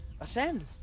Ascend